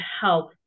help